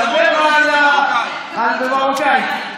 במרוקאית: (אומר דברים במרוקאית.)